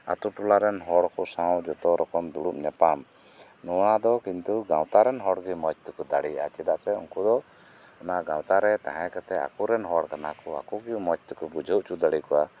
ᱟᱹᱛᱩ ᱴᱚᱞᱟᱨᱮᱱ ᱦᱚᱲᱠᱩ ᱠᱚ ᱥᱟᱶ ᱡᱚᱛᱚ ᱨᱚᱠᱚᱢ ᱫᱩᱲᱩᱵ ᱧᱟᱯᱟᱢ ᱱᱚᱣᱟᱫᱚ ᱠᱤᱱᱴᱩ ᱜᱟᱶᱛᱟᱨᱮᱱ ᱦᱚᱲᱜᱤ ᱢᱚᱪᱛᱮᱠᱩ ᱫᱟᱲᱤᱭᱟᱜᱼᱟ ᱪᱮᱫᱟᱜ ᱥᱮ ᱩᱱᱠᱩᱫᱚ ᱚᱱᱟ ᱜᱟᱶᱛᱟᱨᱮ ᱛᱟᱦᱮᱸ ᱠᱟᱛᱮᱫ ᱟᱠᱩᱨᱮᱱ ᱦᱚᱲ ᱠᱟᱱᱟᱠᱩ ᱟᱠᱩᱜᱤ ᱢᱚᱪᱛᱮᱠᱩ ᱵᱩᱡᱷᱟᱹᱣ ᱩᱪᱩ ᱫᱟᱲᱤᱭᱟᱠᱩᱣᱟ